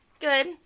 Good